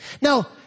Now